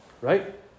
right